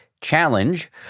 challenge